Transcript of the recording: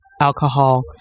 alcohol